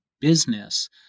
business